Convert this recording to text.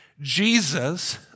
Jesus